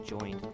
Joined